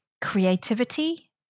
creativity